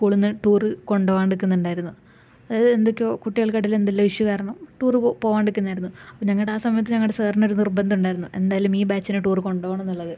സ്കൂളിൽ നിന്ന് ടൂറ് കൊണ്ട് പോകാണ്ട് നിൽക്കുന്നുണ്ടായിരുന്നു അത് എന്തൊക്കെയോ കുട്ടികള്ക്കിടയില് എന്തെല്ലാമോ ഇഷ്യൂ കാരണം ടൂറ് പോകാണ്ട് നിൽക്കുന്നുണ്ടായിരുന്നു അപ്പം ഞങ്ങളുടെ ആ സമയത്ത് ഞങ്ങളുടെ സാറിനൊരു നിര്ബന്ധം ഉണ്ടായിരുന്നു എന്തായാലും ഈ ബാച്ചിനെ ടൂറ് കൊണ്ടുപോകണം എന്നുള്ളത്